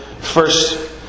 first